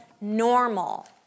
normal